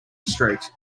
street